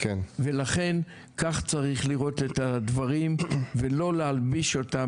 ולכן כך צריך לראות את הדברים ולא להלביש אותם